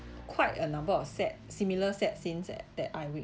quite a number of sad similar sad scenes that that I